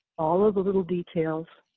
all of the little details,